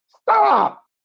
Stop